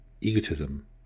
egotism